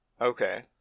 Okay